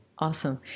Awesome